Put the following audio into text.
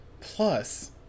Plus